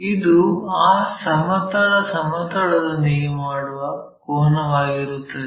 ಇದು ಆ ಸಮತಲ ಸಮತಲದೊಂದಿಗೆ ಮಾಡುವ ಕೋನವಾಗಿರುತ್ತದೆ